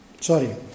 sorry